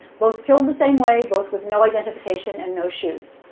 both killed the same way, both with no identification and no shoes.